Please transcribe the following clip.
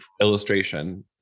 illustration